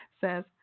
Says